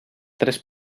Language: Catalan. tres